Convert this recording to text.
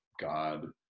God